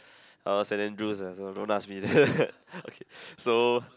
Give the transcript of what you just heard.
uh Saint Andrew's ah so don't ask me okay so